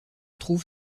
trouve